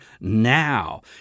now